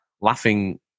laughing